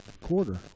quarter